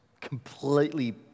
completely